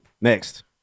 Next